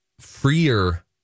freer